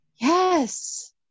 Yes